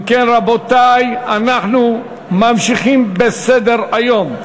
אם כן, רבותי, אנחנו ממשיכים בסדר-היום.